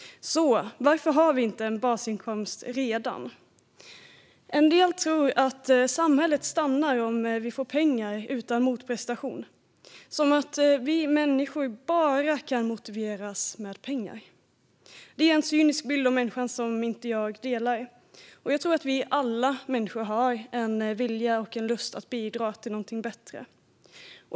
Varför har vi då inte redan basinkomst? En del tror att samhället stannar om vi får pengar utan motprestation, som att vi människor bara kan motiveras med pengar. Det är en cynisk bild av människan som jag inte delar. Jag tror att vi alla människor har en vilja och en lust att bidra till någonting bättre.